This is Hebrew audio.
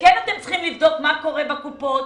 ואתם כן צריכים לבדוק מה קורה בקופות,